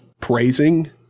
praising